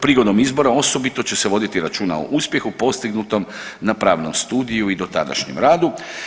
Prigodom izbora osobito će se voditi računa o uspjehu postignutom na pravnom studiju i dotadašnjem radu.